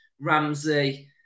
Ramsey